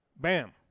Bam